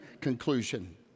conclusion